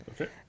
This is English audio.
Okay